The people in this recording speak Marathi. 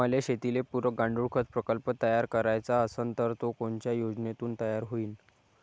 मले शेतीले पुरक गांडूळखत प्रकल्प तयार करायचा असन तर तो कोनच्या योजनेतून तयार होईन?